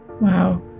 Wow